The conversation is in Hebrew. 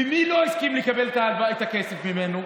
ומי לא הסכים לקבל את הכסף ממנו?